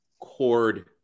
cord